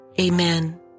Amen